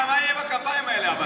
אבל מה יהיה עם הכפיים האלה?